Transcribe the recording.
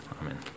Amen